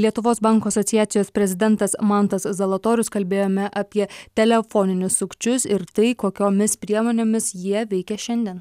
lietuvos bankų asociacijos prezidentas mantas zalatorius kalbėjome apie telefoninius sukčius ir tai kokiomis priemonėmis jie veikia šiandien